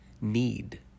need